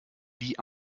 die